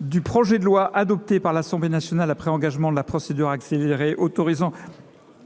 du projet de loi, adopté par l’Assemblée nationale après engagement de la procédure accélérée, autorisant